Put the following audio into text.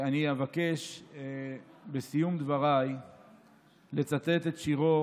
אני אבקש בסיום דבריי לצטט את שירו